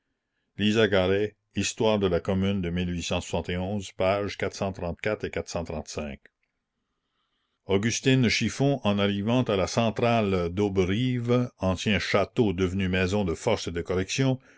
histoire de la commune de ugustine de chiffon en arrivant à la centrale d'auberive ancien château devenu maison de force et de correction